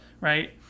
right